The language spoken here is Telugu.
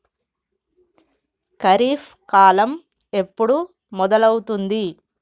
ఖరీఫ్ కాలం ఎప్పుడు మొదలవుతుంది?